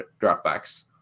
dropbacks